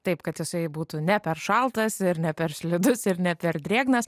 taip kad jisai būtų ne per šaltas ir ne per slidus ir ne per drėgnas